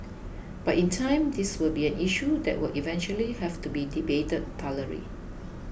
but in time this will be an issue that will eventually have to be debated thoroughly